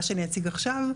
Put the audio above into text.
מה שאני אציג עכשיו,